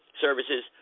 services